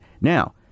Now